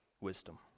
wisdom